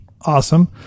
Awesome